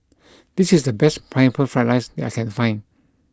this is the best Pineapple Fried Rice that I can find